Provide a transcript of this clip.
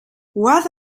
what